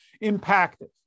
impacted